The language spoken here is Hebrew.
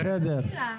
בסדר.